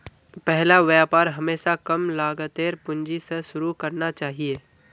पहला व्यापार हमेशा कम लागतेर पूंजी स शुरू करना चाहिए